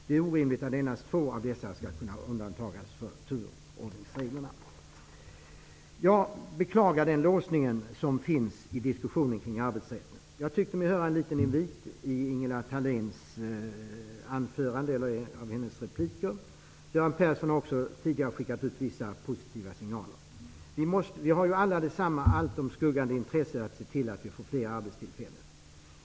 Det är orimligt att endast två av dessa skall kunna undantas från turordningsreglerna. Jag beklagar den låsning som finns i diskussionen kring arbetsrätten. Jag tyckte mig höra en liten invit i Ingela Thaléns repliker. Göran Persson har också tidigare skickat ut vissa positiva signaler. Vi har alla samma, allt överskuggande intresse, att se till att vi får fler arbetstillfällen.